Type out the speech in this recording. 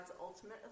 ultimate